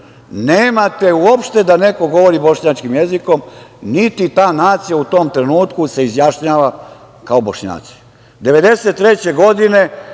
nemate uopšte da neko govori bošnjačkim jezikom, niti ta nacija u tom trenutku se izjašnjava kao Bošnjaci.